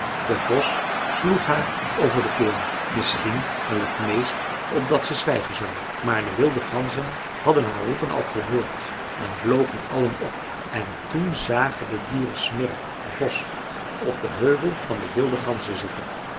de vos sloeg haar over de keel misschien wel t meest opdat ze zwijgen zou maar de wilde ganzen hadden haar roepen al gehoord en vlogen allen op en toen zagen de dieren smirre den vos op den heuvel van de wilde ganzen zitten